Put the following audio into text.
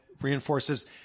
reinforces